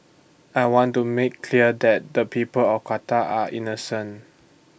I want to make clear that the people of Qatar are innocent